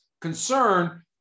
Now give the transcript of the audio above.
concern